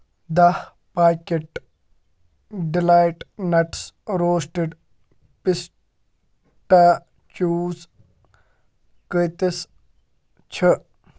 داہ packet Delight nuts roasted pistachios کٲتِس چھِ